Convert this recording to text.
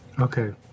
Okay